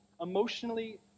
emotionally